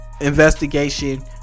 investigation